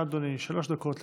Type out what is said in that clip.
בבקשה, אדוני, שלוש דקות לרשותך.